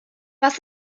was